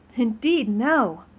indeed, no!